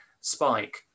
spike